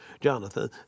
Jonathan